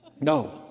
No